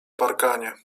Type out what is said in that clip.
parkanie